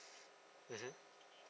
mmhmm